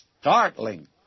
startling